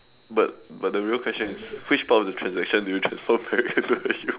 but but the real question is which part of the transaction do you transform back into you